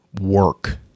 work